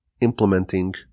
implementing